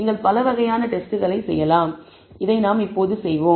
நீங்கள் பல வகையான டெஸ்ட்களை செய்யலாம் இதை நாம் செய்வோம்